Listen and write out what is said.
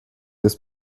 des